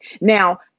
Now